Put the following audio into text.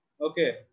Okay